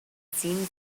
seemed